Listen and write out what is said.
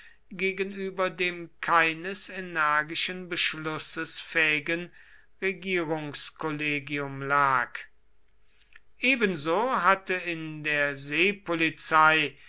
gegenüber dem keines energischen beschlusses fähigen regierungskollegium lag ebenso hatte in der seepolizei